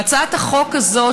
והצעת החוק הזאת,